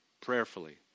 prayerfully